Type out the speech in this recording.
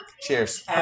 Cheers